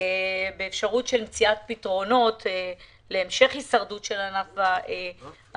באפשרות של מציאת פתרונות להמשך ההישרדות של ענף התיירות,